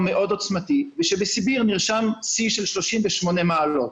מאוד עוצמתי ושבסיביר נרשם שיא של 38 מעלות.